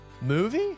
Movie